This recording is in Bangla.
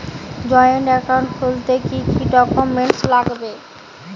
জয়েন্ট একাউন্ট খুলতে কি কি ডকুমেন্টস লাগবে?